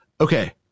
Okay